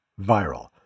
viral